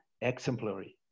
exemplary